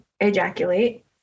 ejaculate